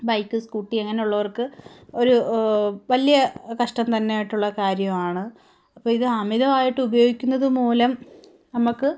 bike scooty അങ്ങനെയുള്ളവർക്ക് ഒരു വലിയ കഷ്ടം തന്നെയായിട്ടുള്ള കാര്യമാണ് അപ്പം ഇത് അമിതമായിട്ട് ഉപയോഗിക്കുന്നത് മൂലം നമുക്ക്